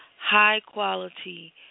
high-quality